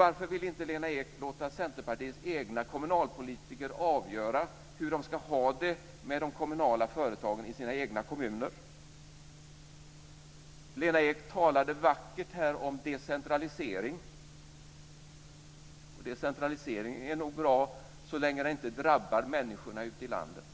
Varför vill inte Lena Ek låta Centerpartiets egna kommunalpolitiker avgöra hur de ska ha det med de kommunala företagen i sina egna kommuner? Lena Ek talade vackert om decentralisering. Decentralisering är nog bra så länge det inte drabbar människorna ute i landet.